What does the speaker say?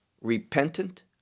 repentant